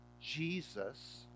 Jesus